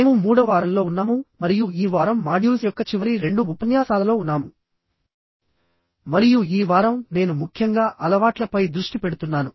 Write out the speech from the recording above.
మేము మూడవ వారంలో ఉన్నాము మరియు ఈ వారం మాడ్యూల్స్ యొక్క చివరి రెండు ఉపన్యాసాలలో ఉన్నాము మరియు ఈ వారం నేను ముఖ్యంగా అలవాట్లపై దృష్టి పెడుతున్నాను